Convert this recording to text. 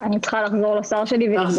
אני צריכה לחזור לשר שלי ולבדוק.